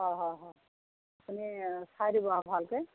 হয় হয় হয় আপুনি চাই দিব আৰু ভালকৈ